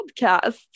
podcast